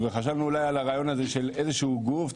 חשבנו אולי על הרעיון הזה של איזשהו גוף,